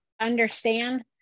understand